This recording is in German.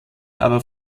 aber